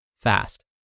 fast